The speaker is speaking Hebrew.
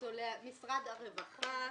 משרד הרווחה.